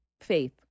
faith